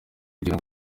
kugira